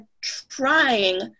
trying